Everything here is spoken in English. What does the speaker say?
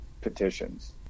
petitions